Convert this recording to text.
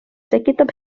tekitab